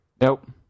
Nope